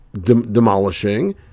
demolishing